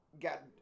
got